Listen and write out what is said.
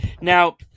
Now